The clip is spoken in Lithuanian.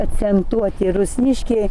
akcentuoti rusniškiai